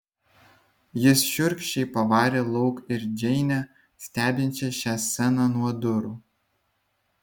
jis šiurkščiai pavarė lauk ir džeinę stebinčią šią sceną nuo durų